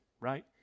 right